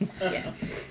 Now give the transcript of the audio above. Yes